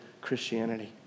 Christianity